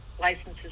licenses